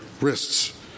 wrists